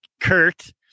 Kurt